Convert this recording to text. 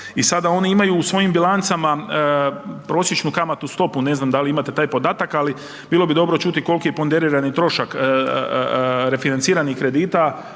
i sada oni imaju u svojim bilancama prosječnu kamatnu stopu, ne znam da li imate taj podatak, ali bilo bi dobro čuti koliki je ponderirani trošak refinanciranih kredita